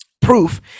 proof